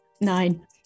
nine